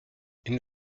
une